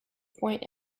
point